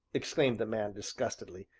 exclaimed the man disgustedly.